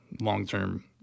long-term